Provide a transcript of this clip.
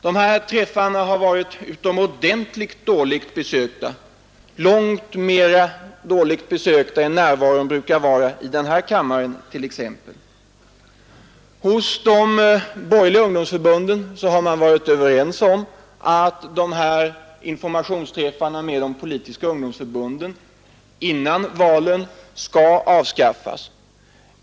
Dessa träffar har varit utomordentligt dåligt besökta, långt sämre än var exempelvis närvaron brukar vara i den här kammaren. Inom de borgerliga ungdomsförbunden har man varit överens om att informationsträffarna med de politiska ungdomsförbunden innan valen skall avskaffas.